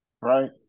right